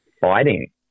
fighting